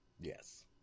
Yes